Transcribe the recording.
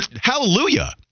Hallelujah